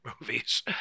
movies